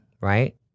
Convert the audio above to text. right